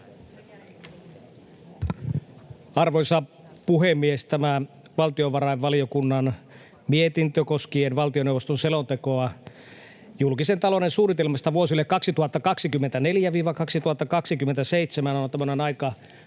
Arvoisa puhemies! Tämä valtiovarainvaliokunnan mietintö koskien valtioneuvoston selontekoa julkisen talouden suunnitelmasta vuosille 2024—2027 on tämmöinen